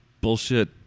bullshit